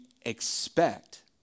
expect